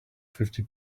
fifty